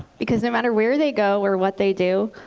because no matter where they go or what they do,